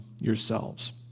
yourselves